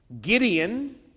Gideon